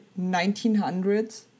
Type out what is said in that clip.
1900s